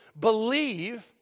believe